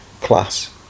class